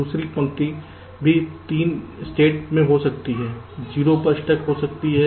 दूसरी पंक्ति भी 3 स्टेट में हो सकती है 0 पर स्टक हो सकता है